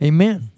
Amen